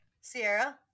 Sierra